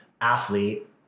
athlete